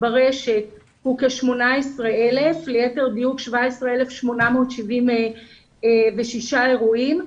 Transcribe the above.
ברשת הוא כ-18,000,ליתר דיוק 17,876 אירועים,